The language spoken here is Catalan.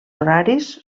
horaris